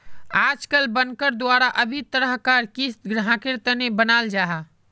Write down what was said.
आजकल बनकर द्वारा सभी तरह कार क़िस्त ग्राहकेर तने बनाल जाहा